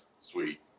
sweet